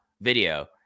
video